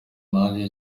nanjye